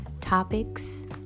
topics